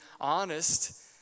honest